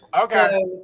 Okay